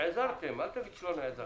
נעזרתם, אל תגיד שלא נעזרתם.